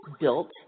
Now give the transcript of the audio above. built